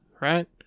Right